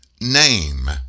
name